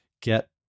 get